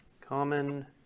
common